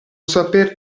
saper